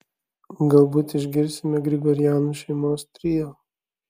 galbūt išgirsime grigorianų šeimos trio